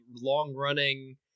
long-running